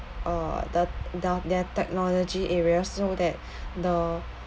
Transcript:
uh the~ their technology area so that the